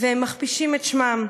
והם מכפישים את שמם.